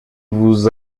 vous